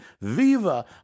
Viva